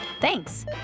Thanks